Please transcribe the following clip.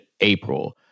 April